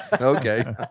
Okay